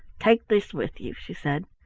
take this with you, she said,